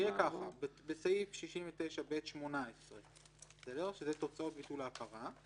בסעיף 69ב18, שזה תוצאות ביטול ההכרה,